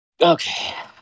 Okay